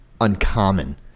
uncommon